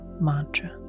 Mantra